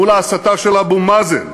מול ההסתה של אבו מאזן,